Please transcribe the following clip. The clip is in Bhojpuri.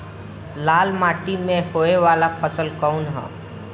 लाल मीट्टी में होए वाला फसल कउन ह?